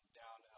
down